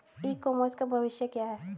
ई commerce का भविष्य क्या है?